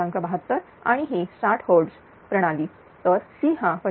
72 आणि ही 60 Hertz प्रणाली तर C हा 25